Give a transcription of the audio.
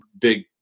big